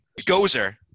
Gozer